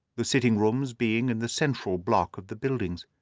the sitting-rooms being in the central block of the buildings.